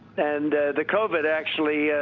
and the covid actually,